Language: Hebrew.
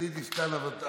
גלית דיסטל אטבריאן,